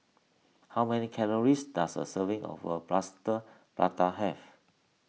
how many calories does a serving of a Plaster Prata have